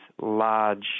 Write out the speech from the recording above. large